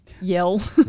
yell